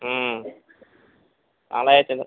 ம் நான்காயிரத்து ஐந்நூறு